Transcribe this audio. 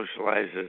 socializes